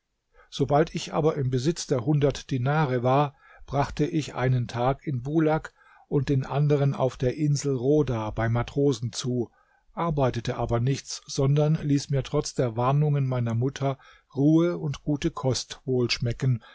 sobald ich aber im besitz der hundert dinare war brachte ich einen tag in bulak und den anderen auf der insel rhoda bei matrosen zu arbeitete aber nichts sondern ließ mir trotz der warnungen meiner mutter ruhe und gute kost wohl schmecken